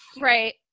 Right